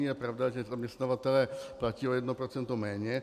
Je pravda, že zaměstnavatelé platili o jedno procento méně.